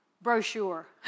brochure